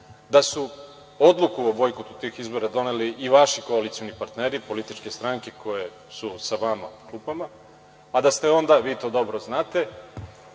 da su odluku o bojkotu tih izbora doneli i vaši koalicioni partneri, političke stranke koje su sa vama u klupama, a da ste onda, vi to dobro znate,